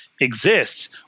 exists